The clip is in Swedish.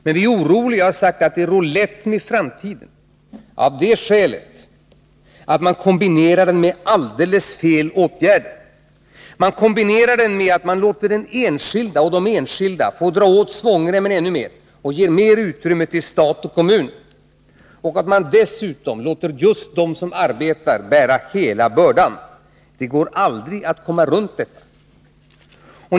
Men vi är oroliga och har sagt att det är roulett med framtiden av det skälet att man kombinerar devalveringen med alldeles fel åtgärder. Man kombinerar den med att man låter de enskilda få dra åt svångremmen ännu mer och ger mer utrymme för stat och kommun. Dessutom låter man just dem som arbetar bära hela bördan. Det går aldrig att komma runt detta.